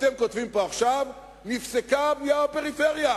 אתם כותבים פה עכשיו: נפסקה הבנייה בפריפריה,